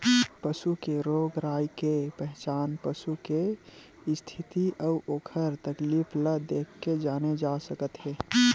पसू के रोग राई के पहचान पसू के इस्थिति अउ ओखर तकलीफ ल देखके जाने जा सकत हे